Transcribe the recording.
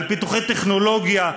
על פיתוחי טכנולוגיה,